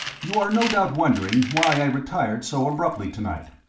you are no doubt wondering why i retired so abruptly to-night.